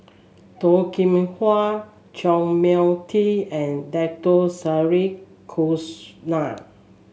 Toh Kim Hwa Chua Mia Tee and Dato Sri Krishna